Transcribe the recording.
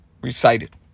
recited